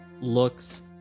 looks